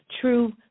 true